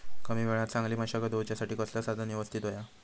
कमी वेळात चांगली मशागत होऊच्यासाठी कसला साधन यवस्तित होया?